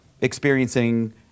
experiencing